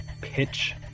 pitch